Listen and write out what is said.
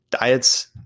diets